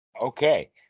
Okay